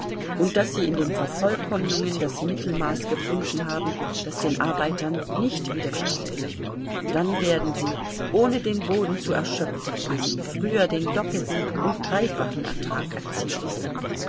und daß sie in den vervollkommnungen das mittelmaß gefunden haben das den arbeitern nicht widersteht dann werden sie ohne den boden zu erschöpfen gegen früher den doppelten und dreifachen ertrag erzielen